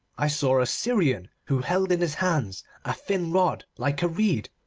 i saw a syrian who held in his hands a thin rod like a reed.